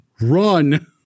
run